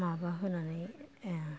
माबा होनानै